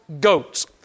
goats